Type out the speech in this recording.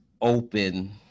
open